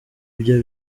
ibyo